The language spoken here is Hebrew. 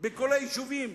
בכל היישובים?